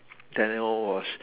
daniel was